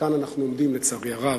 וכאן אנחנו עומדים, לצערי הרב,